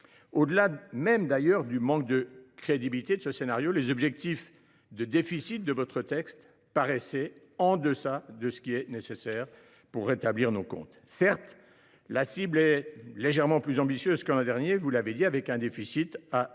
Au delà même du manque de crédibilité de ce scénario, les objectifs de déficit de votre texte paraissaient en deçà de ce qui est nécessaire pour rétablir nos comptes. Certes, la cible est légèrement plus ambitieuse que l’an dernier, avec un déficit de